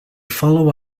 follow